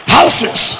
Houses